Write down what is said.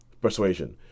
persuasion